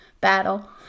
battle